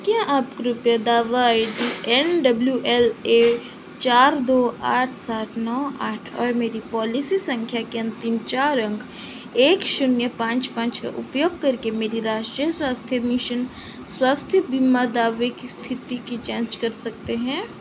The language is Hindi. क्या आप कृपया दावा I D N W L A चार दो आठ सात नौ आठ और मेरी पॉलिसी सँख्या के अन्तिम चार अंक एक शून्य पाँच पाँच का उपयोग करके मेरे राष्ट्रीय स्वास्थ्य मिशन स्वास्थ्य बीमा दावे की इस्थिति की जाँच कर सकते हैं